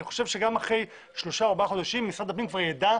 אני חושב שגם אחרי שלושה או ארבעה חודשים כבר יידע,